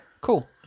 cool